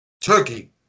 Turkey